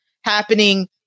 happening